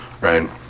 right